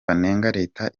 leta